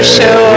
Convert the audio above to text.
show